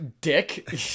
dick